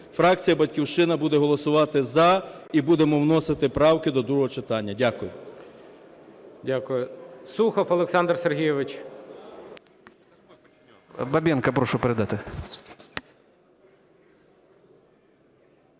Фракція "Батьківщина" буде голосувати "за" і будемо вносити правки до другого читання. Дякую.